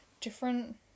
different